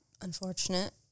unfortunate